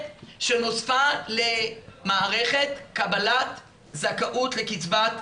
שנוספה למערכת קבלת זכאות לקצבת סיעוד.